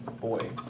boy